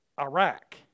Iraq